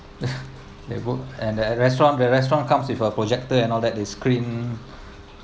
they book and the restaurant the restaurant comes with a projector and all that the screen